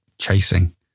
chasing